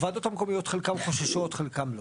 הוועדות המקומיות חלקן חוששות חלקן לא.